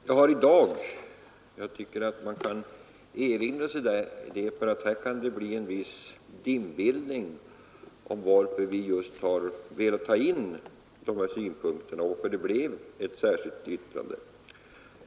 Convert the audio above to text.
Det är något man bör hålla i minnet, ty det kan här uppstå en viss dimbildning om när vi önskat få med dessa synpunkter och varför det blev ett särskilt yttrande.